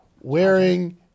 wearing